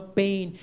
pain